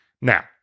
Now